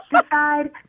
decide